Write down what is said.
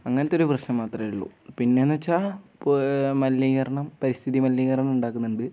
അങ്ങനെത്തെ ഒരു പ്രശ്നം മാത്രമേ ഉള്ളൂ പിന്നെ എന്ന് വെച്ചാൽ മലിനീകരണം പരിസ്ഥിതി മലിനീകരണം ഉണ്ടാക്കുന്നുണ്ട്